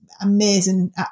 amazing